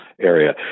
area